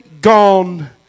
gone